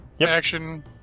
Action